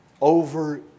over